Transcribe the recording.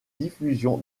diffusion